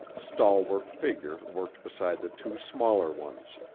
stalwart figure worked beside the two smaller ones.